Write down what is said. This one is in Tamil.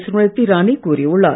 ஸ்மிருதி இரானி கூறியுள்ளார்